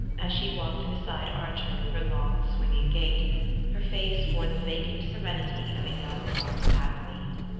as she walked beside archer with her long swinging gait her face wore the vacant serenity of a young marble athlete.